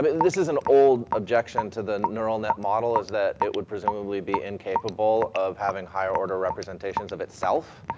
but this is an old objection to the neural net model, is that it would presumably be incapable of having higher order representations of itself,